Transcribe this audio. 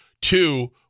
two